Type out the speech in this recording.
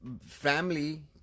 family